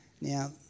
now